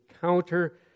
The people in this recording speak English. counter